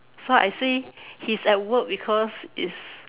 so I say he's at work because it's